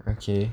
okay